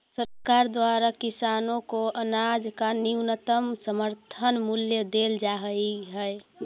सरकार द्वारा किसानों को अनाज का न्यूनतम समर्थन मूल्य देल जा हई है